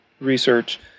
research